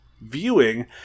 viewing